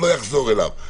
הוא לא יחזור אליו,